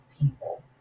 people